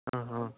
অঁ অঁ